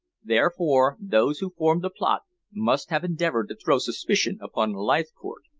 therefore those who formed the plot must have endeavored to throw suspicion upon leithcourt.